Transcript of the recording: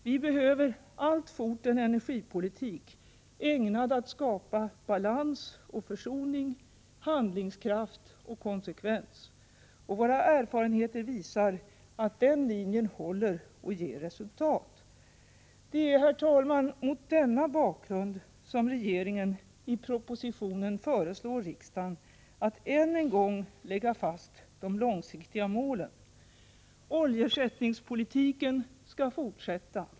Vi behöver alltfort en energipolitik ägnad att skapa balans och försoning, handlingskraft och konsekvens, och våra erfarenheter visar att den linjen håller och ger resultat! Det är, herr talman, mot denna bakgrund som regeringen i propositionen föreslår riksdagen att än en gång lägga fast de långsiktiga målen: 1. Oljeersättningspolitiken skall fortsätta.